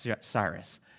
Cyrus